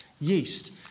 yeast